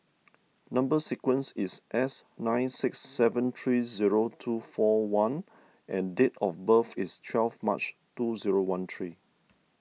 Number Sequence is S nine six seven three zero two four one and date of birth is twelve March two zero one three